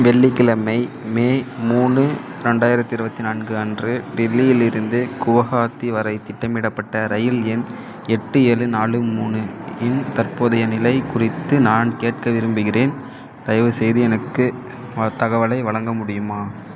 வெள்ளிக்கிழமை மே மூணு ரெண்டாயிரத்தி இருபத்தி நான்கு அன்று டெல்லியிலிருந்து குவஹாத்தி வரை திட்டமிடப்பட்ட ரயில் எண் எட்டு ஏழு நாலு மூணு இன் தற்போதைய நிலை குறித்து நான் கேட்க விரும்புகிறேன் தயவுசெய்து எனக்கு தகவலை வழங்க முடியுமா